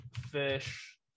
Fish